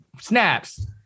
snaps